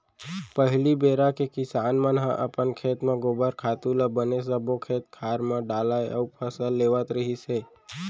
पहिली बेरा के किसान मन ह अपन खेत म गोबर खातू ल बने सब्बो खेत खार म डालय अउ फसल लेवत रिहिस हे